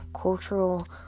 cultural